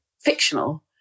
fictional